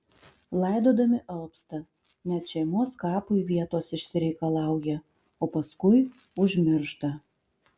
laidodami alpsta net šeimos kapui vietos išsireikalauja o paskui užmiršta